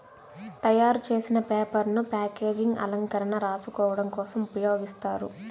తయారు చేసిన పేపర్ ను ప్యాకేజింగ్, అలంకరణ, రాసుకోడం కోసం ఉపయోగిస్తారు